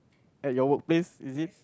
at your work place is it